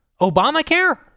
Obamacare